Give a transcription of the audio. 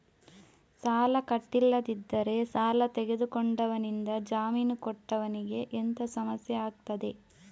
ಸಾಲ ಕಟ್ಟಿಲ್ಲದಿದ್ದರೆ ಸಾಲ ತೆಗೆದುಕೊಂಡವನಿಂದ ಜಾಮೀನು ಕೊಟ್ಟವನಿಗೆ ಎಂತ ಸಮಸ್ಯೆ ಆಗ್ತದೆ?